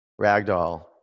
ragdoll